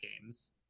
games